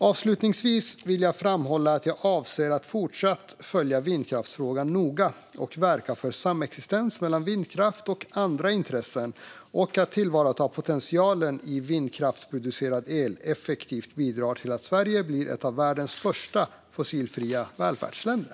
Avslutningsvis vill jag framhålla att jag avser att fortsatt följa vindkraftsfrågan noga och verka för samexistens mellan vindkraft och andra intressen och för att tillvarata potentialen i att vindkraftsproducerad el effektivt bidrar till att Sverige blir ett av världens första fossilfria välfärdsländer.